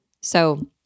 So-